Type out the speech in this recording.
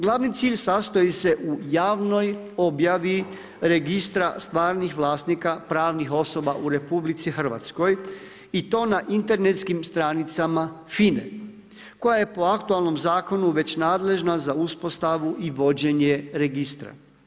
Glavni cilj sastoji se u javnoj objavi registra stvarnih vlasnika pravnih osoba u RH i to na internetskim stranicama FINA-e koja je po aktualnom zakonu već nadležna za uspostavu i vođenje registra.